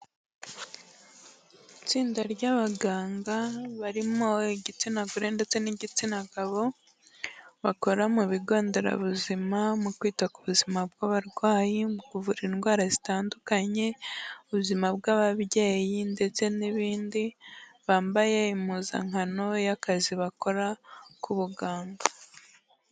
Itsinda ry'abaganga barimo igitsina gore ndetse n'igitsina gabo, bakora mu bigo nderabuzima mu kwita ku buzima bw'abarwayi, mu kuvura indwara zitandukanye, ubuzima bw'ababyeyi ndetse n'ibindi, bambaye impuzankano y'akazi bakora k'ubuganga.